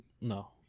No